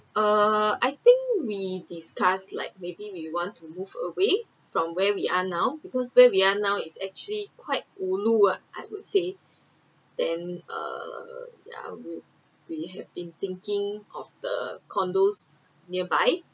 err I think we discussed like maybe we want to move away from where we are now because where we are now is actually quite ulu ah then err ya I would we have been thinking of the condos nearby